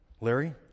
Larry